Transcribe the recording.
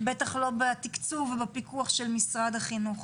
בטח לא בתקצוב ובפיקוח של משרד החינוך,